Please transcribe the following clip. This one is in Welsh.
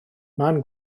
man